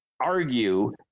argue